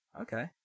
Okay